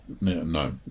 no